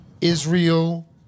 israel